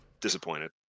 disappointed